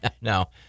No